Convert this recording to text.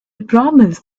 promised